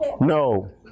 No